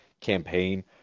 campaign